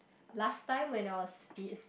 last time when I was P